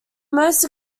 most